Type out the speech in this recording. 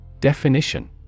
Definition